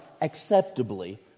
acceptably